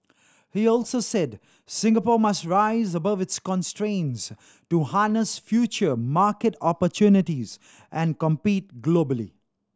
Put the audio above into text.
he also said Singapore must rise above its constraints to harness future market opportunities and compete globally